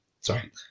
Sorry